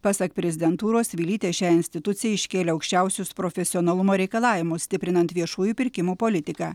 pasak prezidentūros vilytė šiai institucijai iškėlė aukščiausius profesionalumo reikalavimus stiprinant viešųjų pirkimų politiką